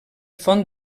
font